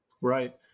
Right